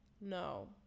No